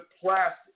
plastic